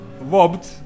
Robbed